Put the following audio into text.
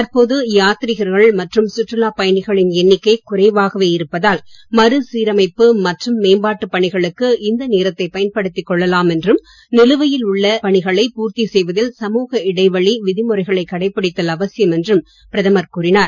தற்போது யாத்திரிகர்கள் மற்றும் சுற்றுலாப் பயணிகளின் எண்ணிக்கை குறைவாகவே இருப்பதால் மறுசீரமைப்பு மற்றும் மேம்பாட்டு பணிகளுக்கு இந்த நேரத்தை பயன்படுத்திக் கொள்ளலாம் என்றும் நிலுவையில் உள்ள பணிகளை பூர்த்தி செய்வதில் சமுக இடைவெளி விதிமுறைகளை கடைபிடித்தல் அவசியம் என்றும் பிரதமர் கூறினார்